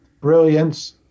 brilliance